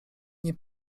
nie